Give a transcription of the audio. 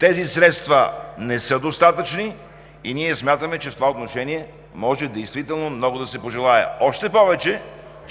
тези средства не са достатъчни и ние смятаме, че в това отношение може действително много да се пожелае. Още повече,